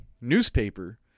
newspaper